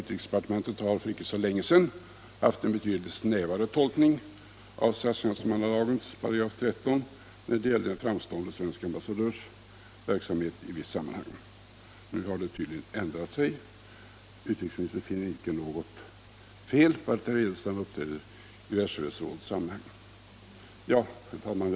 Utrikesdepartementet har för icke så länge sedan haft en betydligt snävare tolkning av statstjänstemannalagens 13 § när det gällde en framstående svensk ambassadörs verksamhet i visst sammanhang. Nu har det tydligen ändrat sig; utrikesministern finner inte något fel i att herr Edelstam uppträder i Världsfredsrådets sammanhang. Herr talman!